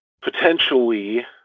potentially